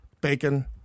bacon